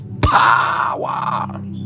power